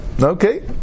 okay